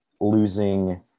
losing